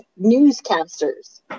newscasters